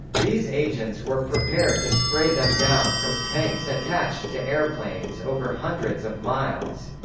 these agents were prepared to spray them down from tanks attached to airplanes over hundreds of miles.